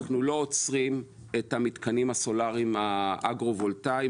אנחנו לא עוצרים את המתקנים הסולאריים האגרו-וולטאיים,